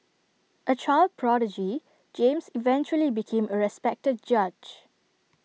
A child prodigy James eventually became A respected judge